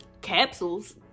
capsules